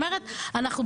לכן החוק הזה